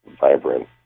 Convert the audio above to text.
vibrant